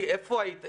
איפה היית?